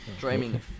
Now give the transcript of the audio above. Dreaming